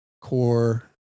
core